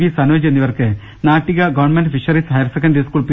V Sanoj എന്നിവർക്ക് Nattika government fisheries higher secondary school P